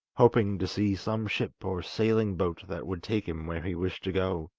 hoping to see some ship or sailing boat that would take him where he wished to go,